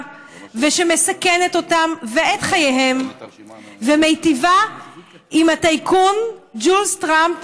ושמסכנת אותם ואת חייהם ומיטיבה עם הטייקון ג'ולס טראמפ,